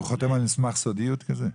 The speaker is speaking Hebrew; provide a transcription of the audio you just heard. הוא חותם על מסמך סודיות כזה?